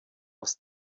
aus